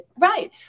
Right